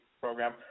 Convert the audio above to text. program